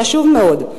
חשוב מאוד,